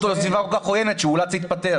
אותה לסביבה כל כך עוינת שהוא אולץ להתפטר.